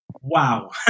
Wow